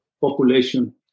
population